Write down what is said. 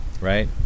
Right